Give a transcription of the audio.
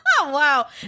Wow